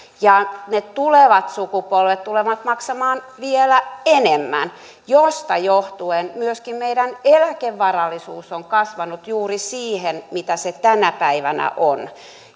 ja ne tulevat sukupolvet tulevat maksamaan vielä enemmän mistä johtuen myöskin meidän eläkevarallisuus on kasvanut juuri siihen mitä se tänä päivänä on